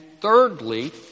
thirdly